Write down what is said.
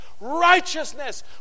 righteousness